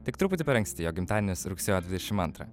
tik truputį per anksti jo gimtadienis rugsėjo dvidešim antrą